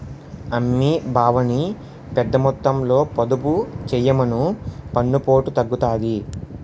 అమ్మీ బావని పెద్దమొత్తంలో పొదుపు చెయ్యమను పన్నుపోటు తగ్గుతాది